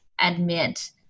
admit